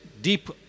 deep